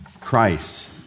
Christ